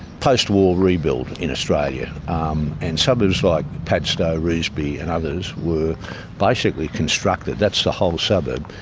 post-war rebuild in australia and suburbs like padstow, revesby and others were basically constructed, that's the whole suburb.